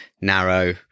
narrow